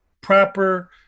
proper